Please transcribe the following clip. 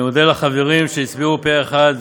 אני מודה לחברים שהצביעו פה-אחד.